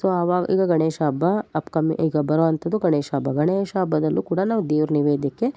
so ಅವಾಗ ಈಗ ಗಣೇಶ ಹಬ್ಬ ಅಪ್ಕಮ್ ಈಗ ಬರುವಂಥದ್ದು ಗಣೇಶ ಹಬ್ಬ ಗಣೇಶ ಹಬ್ಬದಲ್ಲೂ ಕೂಡ ನಾವು ದೇವ್ರ ನೈವೇದ್ಯಕ್ಕೆ